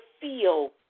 feel